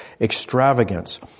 extravagance